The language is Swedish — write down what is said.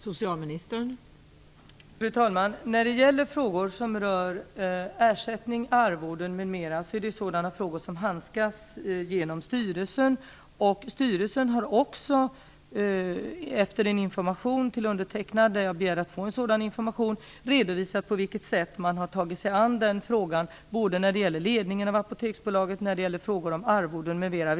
Fru talman! Frågor som rör ersättning, arvoden m.m. handläggs av styrelsen. Denna har också efter att till mig ha lämnat en av mig själv begärd information redovisat på vilket sätt man har tagit sig an den frågan, både när det gäller ledningen av Apoteksbolaget, frågor om arvoden m.m.